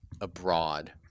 abroad